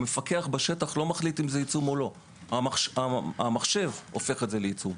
המפקח בשטח לא מחליט אם זה עיצום או לא אלא המחשב הופך את זה לעיצום.